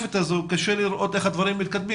המשותפת הזאת קשה לראות איך הדברים מתקדמים